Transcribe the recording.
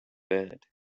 bed